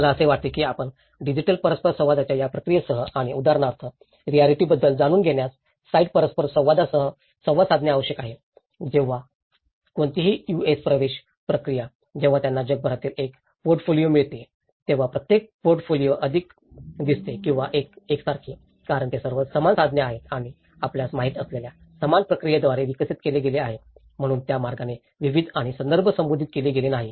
मला असे वाटते की आपण डिजिटल परस्परसंवादाच्या या प्रक्रियेसह आणि उदाहरणार्थ रिऍलिटीि बद्दल जाणून घेण्यासह साइट परस्पर संवादासह संवाद साधणे आवश्यक आहे जेव्हा कोणतीही यूएस प्रवेश प्रक्रिया जेव्हा त्यांना जगभरातील एक पोर्टफोलिओ मिळते तेव्हा प्रत्येक पोर्टफोलिओ अधिक दिसते किंवा कमी एकसारखे कारण ते सर्व समान साधने आणि आपल्यास माहित असलेल्या समान प्रक्रियेद्वारे विकसित केले गेले आहेत म्हणून त्या मार्गाने विविधता आणि संदर्भ संबोधित केले गेले नाही